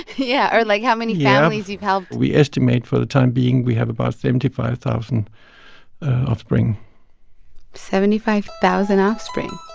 yeah. or, like, how many families you've helped? yeah. we estimate, for the time being, we have about seventy five thousand offspring seventy-five thousand offspring